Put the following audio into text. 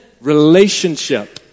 relationship